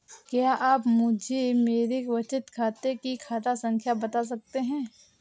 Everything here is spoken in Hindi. क्या आप मुझे मेरे बचत खाते की खाता संख्या बता सकते हैं?